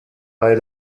bei